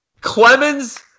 Clemens